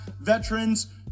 veterans